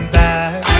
back